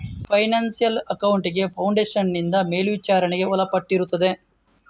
financial accounting foundation ನಿಂದ ಮೇಲ್ವಿಚಾರಣೆಗೆ ಒಳಪಟ್ಟಿರುತ್ತದೆ